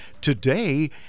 today